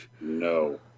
No